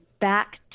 back